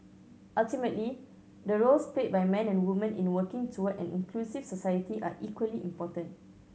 ultimately the roles played by men and woman in working toward an inclusive society are equally important